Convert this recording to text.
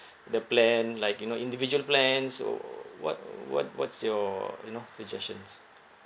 the plan like you know individual plan so what what what's your you know suggestions